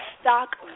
stock